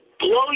blow